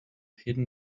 hidden